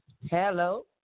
Hello